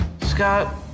Scott